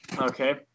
okay